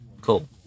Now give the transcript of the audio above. Cool